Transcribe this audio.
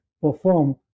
perform